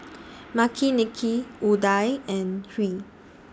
Makineni Udai and Hri